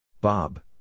Bob